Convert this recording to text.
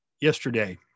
yesterday